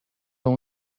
اون